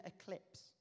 eclipse